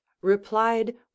replied